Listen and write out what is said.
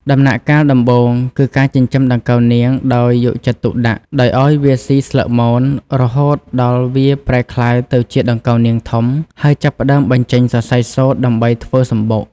ដំណាក់កាលដំបូង គឺការចិញ្ចឹមដង្កូវនាងដោយយកចិត្តទុកដាក់ ដោយឱ្យវាស៊ីស្លឹកមន រហូតដល់វាប្រែក្លាយទៅជាដង្កូវនាងធំ ហើយចាប់ផ្តើមបញ្ចេញសរសៃសូត្រដើម្បីធ្វើសម្បុក។